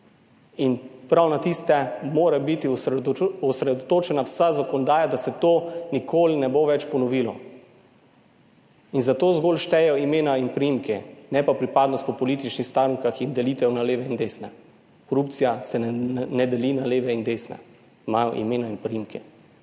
in prav na tiste mora biti osredotočena vsa zakonodaja, da se to nikoli ne bo več ponovilo. In za to zgolj štejejo imena in priimki, ne pa pripadnost po političnih strankah in delitev na leve in desne. Korupcija se ne deli na leve in desne, imajo imena in priimke.